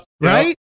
right